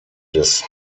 des